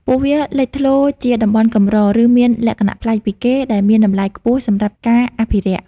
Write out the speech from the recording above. ពួកវាលេចធ្លោជាតំបន់កម្រ ឬមានលក្ខណៈប្លែកពីគេ ដែលមានតម្លៃខ្ពស់សម្រាប់ការអភិរក្ស។